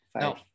Five